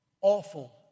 Awful